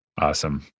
Awesome